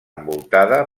envoltada